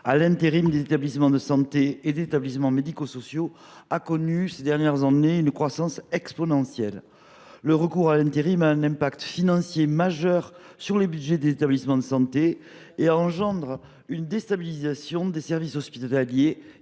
à l’intérim par les établissements de santé et les établissements médico sociaux a connu ces dernières années une croissance exponentielle. Le recours à l’intérim a un impact financier majeur sur les budgets des établissements de santé et entraîne une déstabilisation des services hospitaliers